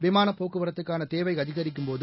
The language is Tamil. விமானப் போக்குவரத்துக்கானதேவைஅதிகரிக்கும்போது